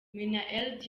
minnaert